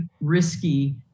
risky